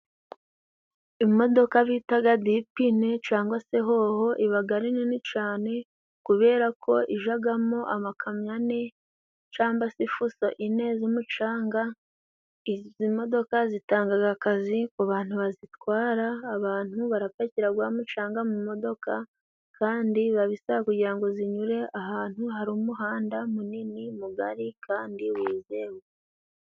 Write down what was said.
Imodoka bitaga dipine cangwa se hoho ibaga ari nini cane kubera ko ijagamo amakamyo ane cangwa se fuso ine z'umucanga. Izi modoka zitangaga akazi ku bantu bazitwara, abantu barapakira umucanga mu modoka kandi biba bisaba kugira ngo zinyure ahantu hari umuhanda munini mugari kandi wizewe.